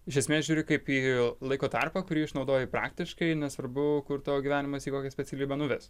iš esmės žiūri kaip į laiko tarpą kurį išnaudoji praktiškai nesvarbu kur tavo gyvenimas į kokią specialybę nuves